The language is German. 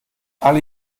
alle